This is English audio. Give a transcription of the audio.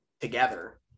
together